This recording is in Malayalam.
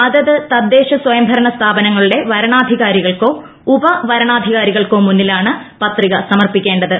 അതത് തദ്ദേശ്ശ് സ്ഥയംഭരണ സ്ഥാപനങ്ങളുടെ വരണാധികാരികൾക്കോ ഉപട്ടവർണാധികാരികൾക്കോ മുന്നിലാണ് പത്രിക സമർപ്പിക്കേണ്ടത്